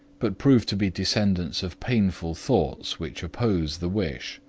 but prove to be descendants of painful thoughts which oppose the wish.